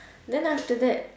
then after that